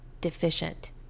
deficient